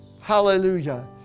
Hallelujah